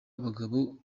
abagabo